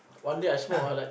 one day I smoke I like